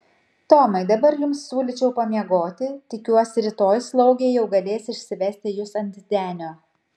tomai dabar jums siūlyčiau pamiegoti tikiuosi rytoj slaugė jau galės išsivesti jus ant denio